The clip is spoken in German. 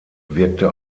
wirkte